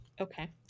Okay